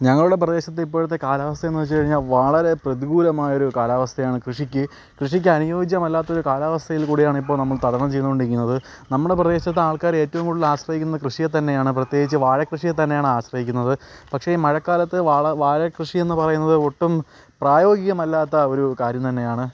ഞങ്ങളുടെ പ്രദേശത്തെ ഇപ്പോഴത്തെ കാലാവസ്ഥയെന്ന് വെച്ചുകഴിഞ്ഞാൽ വളരെ പ്രതികൂലമായൊരു കാലാവസ്ഥയാണ് കൃഷിക്ക് കൃഷിക്ക് അനുയോജ്യമല്ലാത്ത ഒരു കാലാവസ്ഥയിൽ കൂടിയാണ് ഇപ്പോൾ നമ്മൾ തരണം ചെയ്തു കൊണ്ടിരിക്കുന്നത് നമ്മളുടെ പ്രദേശത്തെ ആൾക്കാർ ഏറ്റവും കൂടുതൽ ആശ്രയിക്കുന്നത് കൃഷിയെ തന്നെയാണ് പ്രത്യേകിച്ച് വാഴക്കൃഷിയെ തന്നെയാണ് ആശ്രയിക്കുന്നത് പക്ഷേ മഴക്കാലത്ത് വാഴ വാഴക്കൃഷി എന്ന് പറയുന്നത് ഒട്ടും പ്രായോഗികമല്ലാത്ത ഒരു കാര്യം തന്നെയാണ്